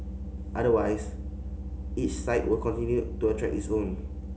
otherwise each site will continue to attract its own